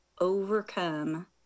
overcome